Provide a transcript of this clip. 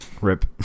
rip